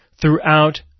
throughout